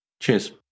Cheers